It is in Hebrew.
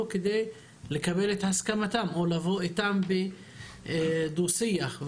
כדי לקבל את הסכמתם או לבוא איתם בדו שיח.